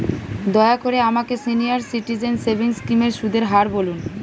দয়া করে আমাকে সিনিয়র সিটিজেন সেভিংস স্কিমের সুদের হার বলুন